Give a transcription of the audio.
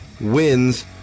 wins